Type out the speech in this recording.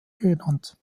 genannt